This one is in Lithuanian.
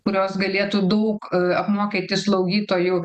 kurios galėtų daug apmokyti slaugytojų